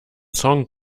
song